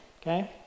okay